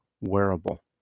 wearable